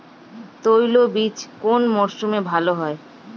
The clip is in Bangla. তৈলবীজ কোন মরশুমে ভাল হয়?